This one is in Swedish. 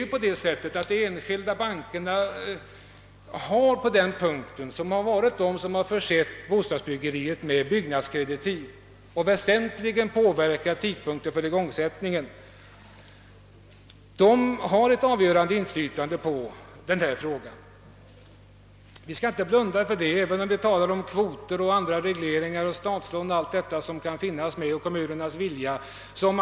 De enskilda bankerna har ju varit de som försett bostadsbyggandet med byggnadskreditiv och därigenom väsentligt påverkat tidpunkten för igångsättningen. De har ett avgörande inflytande, något som vi inte skall blunda för även om vi talar om kvoter, andra regleringar, statslån och allt detta samt om kommunernas vilja.